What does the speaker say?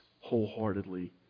wholeheartedly